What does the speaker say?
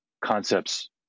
concepts